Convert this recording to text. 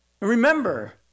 Remember